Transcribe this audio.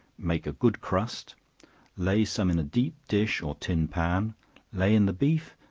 make a good crust lay some in a deep dish or tin pan lay in the beef,